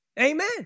Amen